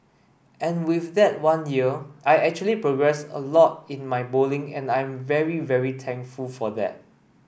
and with that one year I actually progressed a lot in my bowling and I'm very very thankful for that